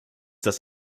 das